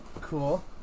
cool